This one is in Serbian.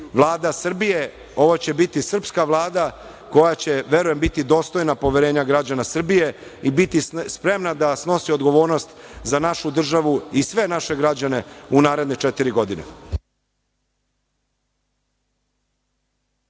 Vlada Srbije, ovo će biti srpska Vlada koja će, verujem, biti dostojna poverenja građana Srbije i biti spremna da snosi odgovornost za našu državu i sve naše građane u naredne četiri godine.